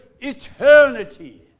eternity